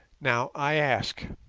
now, i ask,